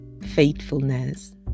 faithfulness